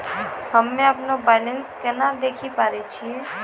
हम्मे अपनो बैलेंस केना देखे पारे छियै?